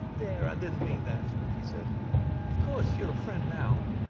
there, i didn't mean that, she said of course, you are a friend now.